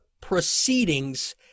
proceedings